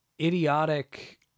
idiotic